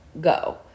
go